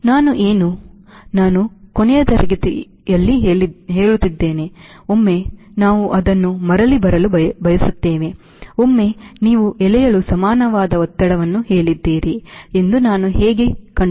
ನಾನು ಏನು ನಾನು ಕೊನೆಯ ತರಗತಿಗೆ ಹೇಳುತ್ತಿದ್ದೇನೆ ಒಮ್ಮೆ ನಾವು ಅದನ್ನು ಮರಳಿ ಬರಲು ಬಯಸುತ್ತೇವೆ ಒಮ್ಮೆ ನೀವು ಎಳೆಯಲು ಸಮಾನವಾದ ಒತ್ತಡವನ್ನು ಹೇಳಿದ್ದೀರಿ ಎಂದು ನಾನು ಹೇಗೆ ಕಂಡುಕೊಳ್ಳುತ್ತೇನೆ